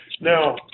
Now